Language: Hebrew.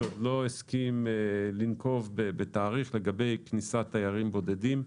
שעוד לא הסכים לנקוב בתאריך לגבי כניסת תיירים בודדים.